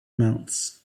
amounts